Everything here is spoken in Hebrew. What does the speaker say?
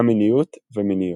א-מיניות ומיניות.